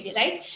right